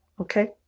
Okay